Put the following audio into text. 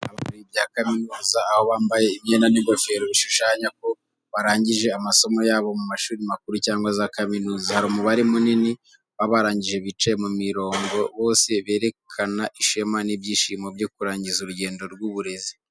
Abantu bambaye imyenda y'ibirori bya kaminuza, aho bambaye imyenda n’ingofero bishushanya ko barangije amasomo yabo mu mashuri makuru cyangwa za kaminuza. Hari umubare munini w’abarangije bicaye mu mirongo bose berekana ishema n'ibyishimo byo kurangiza urugendo rw’uburezi.